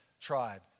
tribe